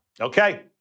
Okay